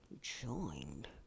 joined